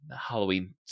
Halloween